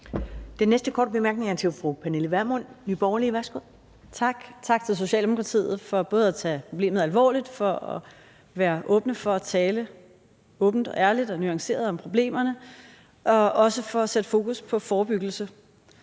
Den næste korte bemærkning er fra fru Pernille Vermund, Nye Borgerlige. Værsgo. Kl. 11:59 Pernille Vermund (NB): Tak, og tak til Socialdemokratiet for at tage problemet alvorligt, for at være åbne over for at tale åbent og ærligt og nuanceret om problemerne og også for at sætte fokus på forebyggelse.